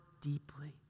deeply